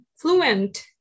fluent